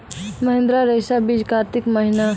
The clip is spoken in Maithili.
महिंद्रा रईसा बीज कार्तिक महीना?